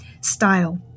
style